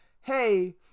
hey